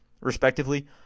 respectively